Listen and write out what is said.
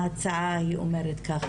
ההצעה אומרת ככה,